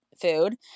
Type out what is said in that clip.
food